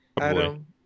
Adam